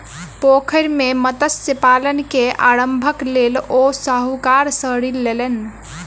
पोखैर मे मत्स्य पालन के आरम्भक लेल ओ साहूकार सॅ ऋण लेलैन